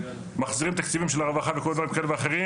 מחזירים תקציבים של הרווחה ודברים אחרים,